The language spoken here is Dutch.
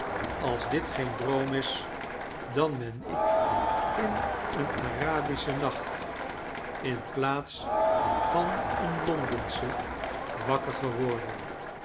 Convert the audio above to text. als dit geen droom is dan ben ik in een arabischen nacht in plaats van een londenschen wakker geworden